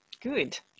Good